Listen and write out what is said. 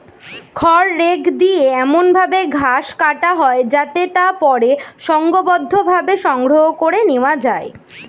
খড় রেক দিয়ে এমন ভাবে ঘাস কাটা হয় যাতে তা পরে সংঘবদ্ধভাবে সংগ্রহ করে নেওয়া যায়